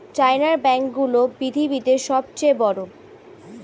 চায়নার ব্যাঙ্ক গুলো পৃথিবীতে সব চেয়ে বড়